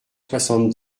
soixante